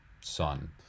son